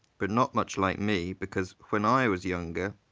but not much like me, because when i was younger